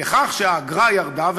בכך שהאגרה ירדה,